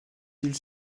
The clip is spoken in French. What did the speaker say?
îles